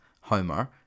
Homer